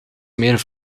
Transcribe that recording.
meer